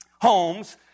Homes